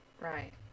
Right